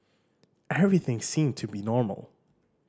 everything seemed to be normal